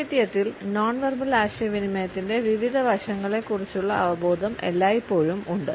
സാഹിത്യത്തിൽ നോൺവെർബൽ ആശയവിനിമയത്തിന്റെ വിവിധ വശങ്ങളെക്കുറിച്ചുള്ള അവബോധം എല്ലായ്പ്പോഴും ഉണ്ട്